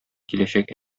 киләчәк